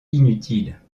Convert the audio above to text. inutile